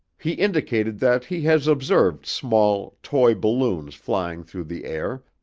he indicated that he has observed small, toy balloons flying through the air,